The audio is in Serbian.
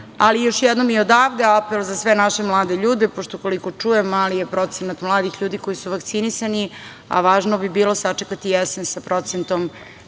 ali još jednom i odavde apel za sve naše mlade ljude, pošto, koliko čujem, mali je procenat mladih ljudi koji su vakcinisani, a važno bi bilo sačekati jesen sa procentom